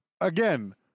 Again